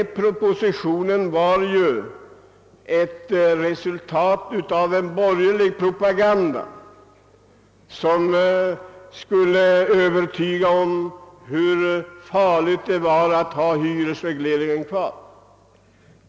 Den propositionen var ju ett resultat av en borgerlig propaganda, som försökte övertyga oss om hur farligt det var att ha denna lag kvar.